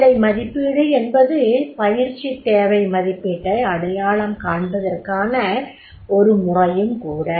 வேலை மதிப்பீடு என்பது பயிற்சித் தேவை மதிப்பீட்டை அடையாளம் காண்பதற்கான ஒரு முறையும் கூட